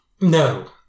no